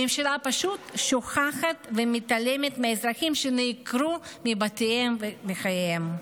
הממשלה פשוט שוכחת ומתעלמת מהאזרחים שנעקרו מבתיהם ומחייהם.